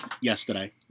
yesterday